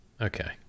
Okay